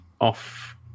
off